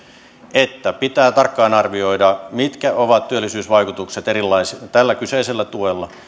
että pitää tarkkaan arvioida mitkä ovat työllisyysvaikutukset tällä kyseisellä tuella